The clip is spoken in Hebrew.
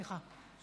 סליחה,